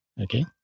okay